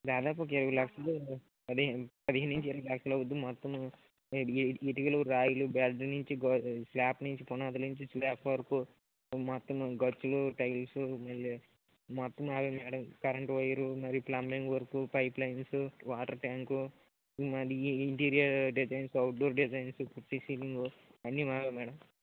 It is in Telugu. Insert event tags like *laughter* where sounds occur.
దాదాపు ఒక ఇరవై లక్షలు రెడీ పదిహేను నుంచి ఇరవై లక్షలు అవ్వుద్ది మొత్తము ఇట్ ఇటికలు రాయిలు బెడ్ నుంచి స్లాప్ నుంచి పునాది నుంచి స్లాప్ వరకు మొత్తము గచ్చులు టైల్సు మళ్ళీ మొత్తము *unintelligible* current wire plumbing work pipe lines water tank మరి interior designs outdoor designs putty ceiling అన్ని మావే మేడం